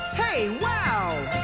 hey, wow!